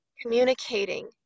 communicating